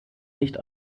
nicht